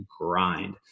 grind